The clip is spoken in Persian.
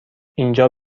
اینجا